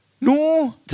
No